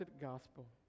gospel